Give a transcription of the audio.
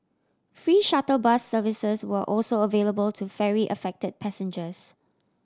free shuttle bus services were also available to ferry affected passengers